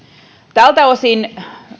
tältä osin